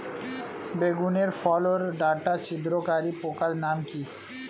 বেগুনের ফল ওর ডাটা ছিদ্রকারী পোকার নাম কি?